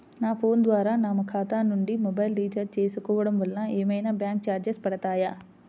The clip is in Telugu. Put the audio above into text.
నా ఫోన్ ద్వారా నా ఖాతా నుండి మొబైల్ రీఛార్జ్ చేసుకోవటం వలన ఏమైనా బ్యాంకు చార్జెస్ పడతాయా?